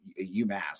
UMass